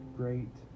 great